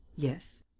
yes.